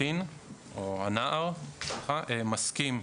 הקטין או הנער מסכים.